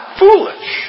foolish